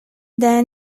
then